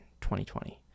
2020